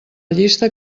llista